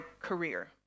career